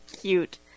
cute